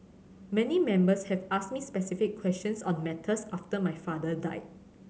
many Members have asked me specific questions on matters after my father died